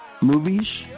movies